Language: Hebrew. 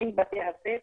בתי הספר,